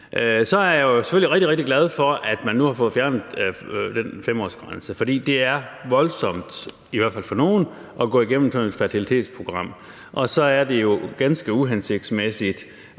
jeg jo selvfølgelig rigtig, rigtig glad for, at man nu har fået fjernet den 5-årsgrænse. For det er voldsomt – i hvert fald for nogle – at gå igennem sådan et fertilitetsprogram, og så er det jo ganske uhensigtsmæssigt